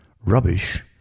Rubbish